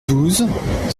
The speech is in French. douze